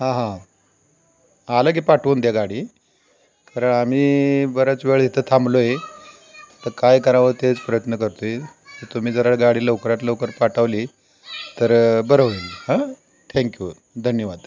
हां हां आलं की पाठवून द्या गाडी कारण आम्ही बऱ्याच वेळ इथं थांबलो आहे तर काय करावं ते प्रयत्न करतो आहे तुम्ही जरा गाडी लवकरात लवकर पाठवली तर बरं होईल हां ठँक्यू धन्यवाद